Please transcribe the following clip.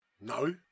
No